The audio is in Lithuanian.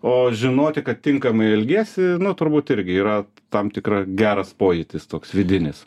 o žinoti kad tinkamai elgiesi na turbūt irgi yra tam tikra geras pojūtis toks vidinis